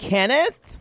Kenneth